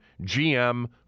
GM